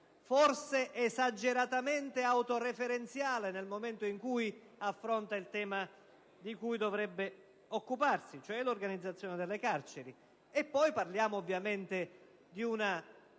forse esageratamente autoreferenziale, nel momento in cui affronta il tema di cui dovrebbe occuparsi, cioè l'organizzazione delle carceri. Parliamo ovviamente, inoltre,